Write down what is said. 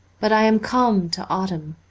but i am come to autumn,